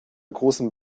großen